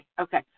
Okay